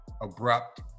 abrupt